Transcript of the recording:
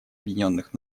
объединенных